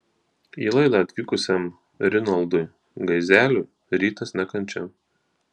į laidą atvykusiam rinaldui gaizeliui rytas ne kančia